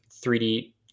3D